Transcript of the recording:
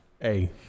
Hey